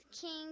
king